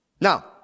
Now